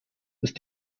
ist